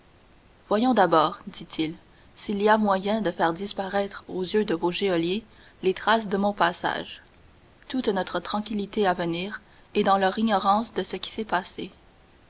voyons d'abord dit-il s'il y a moyen de faire disparaître aux yeux de vos geôliers les traces de mon passage toute notre tranquillité à venir est dans leur ignorance de ce qui s'est passé